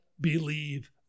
believe